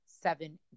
seven